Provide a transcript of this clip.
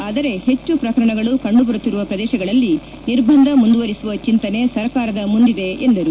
ಆದರೆ ಹೆಚ್ಚು ಪ್ರಕರಣಗಳು ಕಂಡು ಬರುತ್ತಿರುವ ಪ್ರದೇಶಗಳಲ್ಲಿ ನಿರ್ಬಂಧ ಮುಂದುವರಿಸುವ ಚಿಂತನೆ ಸರ್ಕಾರದ ಮುಂದಿದೆ ಎಂದರು